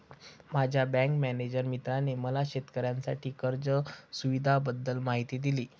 माझ्या bank manager मित्राने मला शेतकऱ्यांसाठी कर्ज सुविधांबद्दल माहिती दिली